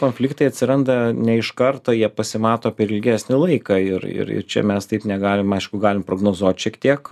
konfliktai atsiranda ne iš karto jie pasimato per ilgesnį laiką ir ir ir čia mes taip negalim aišku galim prognozuot šiek tiek